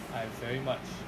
I very much